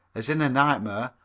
as in a nightmare,